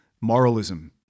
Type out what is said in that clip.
moralism